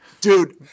Dude